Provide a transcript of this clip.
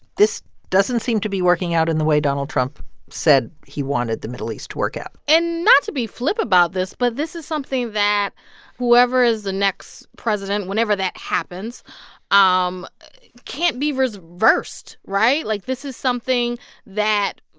this doesn't seem to be working out in the way donald trump said he wanted the middle east to work out and not to be flip about this, but this is something that whoever is the next president, whenever that happens um can't can't be reversed, right? like, this is something that